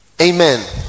amen